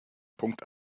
punkt